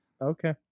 okay